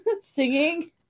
singing